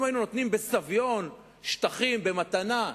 אם היינו נותנים בסביון שטחים במתנה,